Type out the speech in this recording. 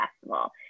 Festival